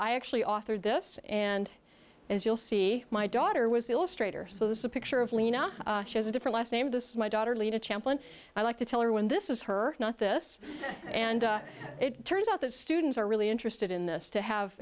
i actually authored this and as you'll see my daughter was illustrator so this is a picture of lena she has a different last name to my daughter lena champlin i like to tell her when this is her not this and it turns out that students are really interested in this to have